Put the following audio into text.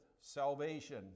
salvation